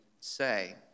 say